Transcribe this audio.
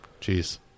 Jeez